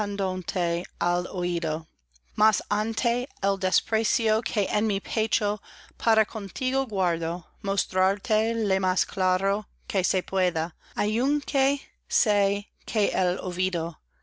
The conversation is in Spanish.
al oido mas antes el desprecio que en mi pecho para contigo guardo mostraré le más claro que se pueda aunque sé que el olvido